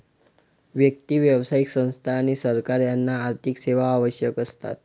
व्यक्ती, व्यावसायिक संस्था आणि सरकार यांना आर्थिक सेवा आवश्यक असतात